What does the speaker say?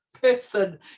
person